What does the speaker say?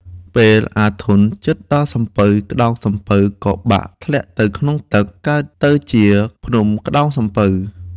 ពេលអាធន់ជិតដល់សំពៅ ក្ដោងសំពៅក៏បាក់ធ្លាក់ទៅក្នុងទឹក កើតទៅជា ភ្នំក្ដោងសំពៅ។